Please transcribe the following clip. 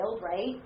right